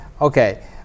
Okay